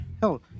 Hell